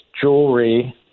jewelry